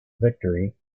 victory